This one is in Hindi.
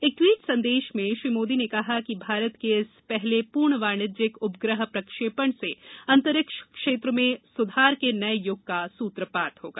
एक ट्वीट संदेश में श्री मोदी ने कहा है कि भारत के इस पहले पूर्ण वाणिज्यिक उपग्रह प्रक्षेपण से अंतरिक्ष क्षेत्र में सुधार के नये युग का सूत्रपात होगा